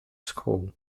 school